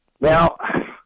Now